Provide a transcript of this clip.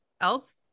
else